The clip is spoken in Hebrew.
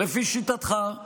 לפי שיטתך,